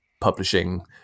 publishing